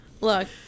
Look